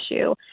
issue